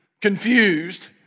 confused